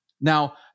Now